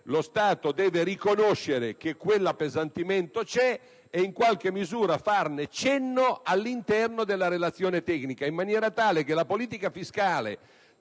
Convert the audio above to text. imprese, deve riconoscere l'esistenza di quell'appesantimento e in qualche misura farne cenno all'interno della relazione tecnica, in maniera tale che la politica fiscale